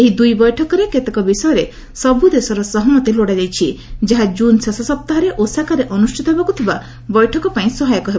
ଏହି ଦୁଇ ବୈଠକରେ କେତେକ ବିଷୟରେ ସବୁ ଦେଶର ସହମତି ଲୋଡ଼ାଯାଇଛି ଯାହା ଜୁନ୍ ଶେଷ ସପ୍ତାହରେ ଓସାକାରେ ଅନୁଷ୍ଠିତ ହେବାକୁ ଥିବା ବୈଠକପାଇଁ ସହାୟକ ହେବ